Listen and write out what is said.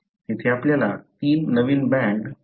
येथे आपल्याला तीन नवीन बँड 3